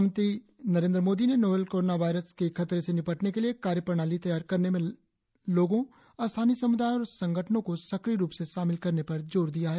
प्रधानमंत्री मोदी ने novel corona virus के खतरे से निपटने के लिए कार्य प्रणाली तैयार करने में लोगों स्थानीय सम्दायों और संगठनों को सक्रिय रूप से शामिल करने पर जोर दिया है